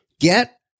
Get